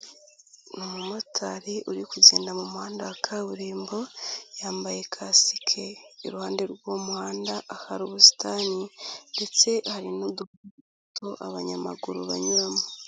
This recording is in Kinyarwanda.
Umumotari uri kugenda mu muhanda wa kaburimbo yambaye kasike iruhande rw'uwo muhanda hari ubusitani ndetse hari n'utuyira abanyamaguru banyuramo.